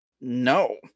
No